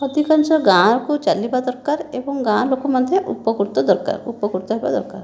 ଅଧିକାଂଶ ଗାଁକୁ ଚାଲିବା ଦରକାର ଏବଂ ଗାଁ ଲୋକ ମଧ୍ୟ ଉପକୃତ ଦରକାର ଉପକୃତ ହେବା ଦରକାର